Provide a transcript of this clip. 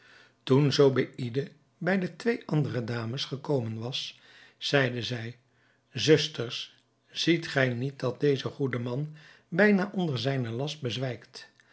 toen zobeïde bij de twee andere dames gekomen was zeide zij zusters ziet gij niet dat deze goede man bijna onder zijnen last bezwijkt